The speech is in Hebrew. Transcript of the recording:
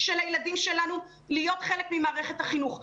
של הילדים שלנו להיות חלק ממערכת החינוך.